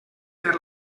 per